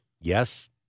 Yes